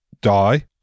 die